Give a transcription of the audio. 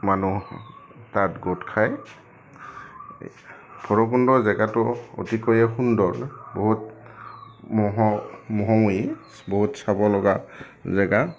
মানুহ তাত গোট খায় এই ভৈৰৱকুণ্ড জেগাটো অতিকৈয়ে সুন্দৰ বহুত মোহ মোহময়ী বহুত চাব লগা জেগা